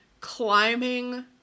climbing